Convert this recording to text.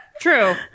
True